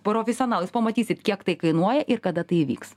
profesionalų jūs pamatysit kiek tai kainuoja ir kada tai įvyks